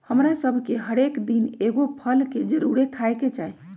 हमरा सभके हरेक दिन एगो फल के जरुरे खाय के चाही